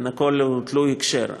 הכול תלוי הקשר.